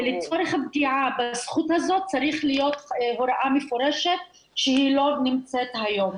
ולצורך הפגיעה בזכות זאת צריך להיות הוראה מפורשת שהיא לא נמצאת היום.